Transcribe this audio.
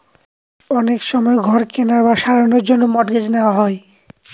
অনেক সময় ঘর কেনার বা সারানোর জন্য মর্টগেজ নেওয়া হয়